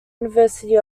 university